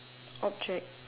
object